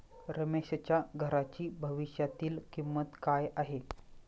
रमेशच्या घराची भविष्यातील किंमत काय आहे?